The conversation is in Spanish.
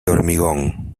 hormigón